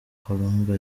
colombe